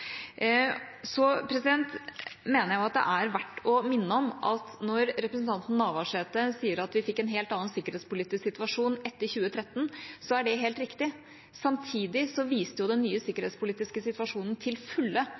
det er verdt å minne om at når representanten Navarsete sier at vi fikk en helt annen sikkerhetspolitisk situasjon etter 2013, er det helt riktig. Samtidig viser den nye sikkerhetspolitiske situasjonen til fulle